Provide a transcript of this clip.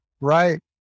Right